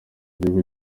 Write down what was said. gihugu